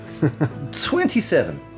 27